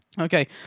Okay